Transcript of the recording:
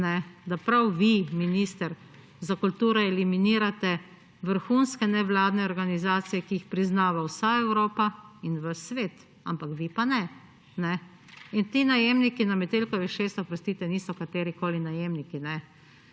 da prav vi, minister za kulturo, eliminirate vrhunske nevladne organizacije, ki jih priznava vsa Evropa in ves svet, ampak vi pa ne. Ti najemniki na Metelkovi 6, oprostite, niso katerikoli najemniki.